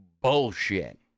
bullshit